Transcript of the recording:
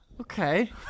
Okay